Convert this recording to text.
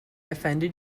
offended